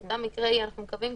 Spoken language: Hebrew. גם מקרי קיצון, אנחנו מקווים,